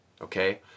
okay